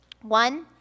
One